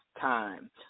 time